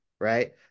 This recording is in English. right